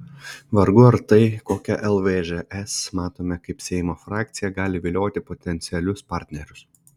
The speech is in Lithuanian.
vargu ar tai kokią lvžs matome kaip seimo frakciją gali vilioti potencialius partnerius